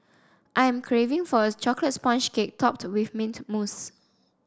I am craving for a chocolate sponge cake topped with mint mousse